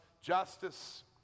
justice